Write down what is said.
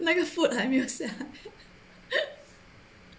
那个 food 还没有下来